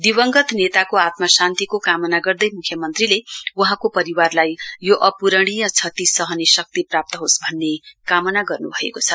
दिवगंत नेताको आत्मशान्तिको कामना गर्दै मुख्यमन्त्री वहाँको परिवारलाई यो अपूरणीय क्षति सहने शक्ति प्राप्त होस् भन्ने कामना गर्नु भएको छ